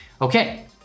Okay